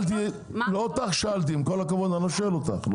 לא אותך שאלתי, עם כל הכבוד אני לא שואל אותך.